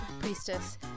priestess